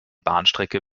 bahnstrecke